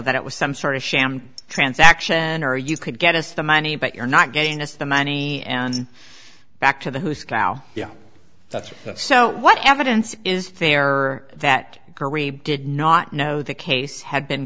that it was some sort of a sham transaction or you could get us the money but you're not getting us the money and back to the who's cow yeah that's so what evidence is there that did not know the case had been